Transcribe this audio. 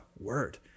word